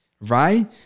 Right